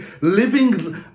living